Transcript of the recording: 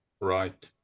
Right